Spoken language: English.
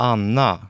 Anna